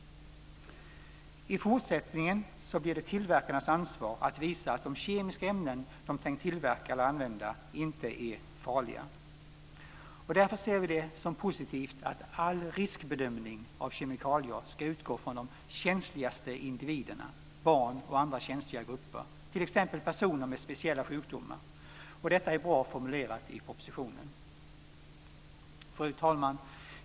I fortsättningen blir det tillverkarnas ansvar att visa att de kemiska ämnen som de tänkt tillverka eller använda inte är farliga. Därför ser vi det som positivt att all riskbedömning av kemikalier ska utgå från de känsligaste individerna, barn och andra känsliga grupper, t.ex. personer med speciella sjukdomar. Detta är bra formulerat i propositionen. Fru talman!